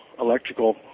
electrical